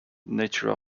nature